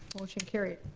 motion carried.